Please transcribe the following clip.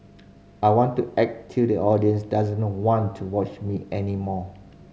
I want to act till the audience doesn't want to watch me any more